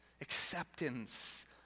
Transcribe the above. acceptance